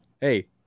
Hey